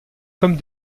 comme